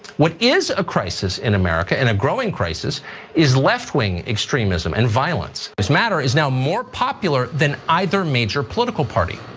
what is a crisis in america in a growing crisis is left wing extremism and violence. this matter is now more popular than either major political party.